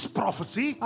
prophecy